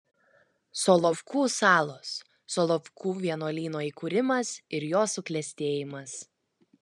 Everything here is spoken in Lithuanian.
solovkų salos solovkų vienuolyno įkūrimas ir jo suklestėjimas